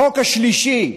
החוק השלישי,